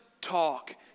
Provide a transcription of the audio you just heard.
talk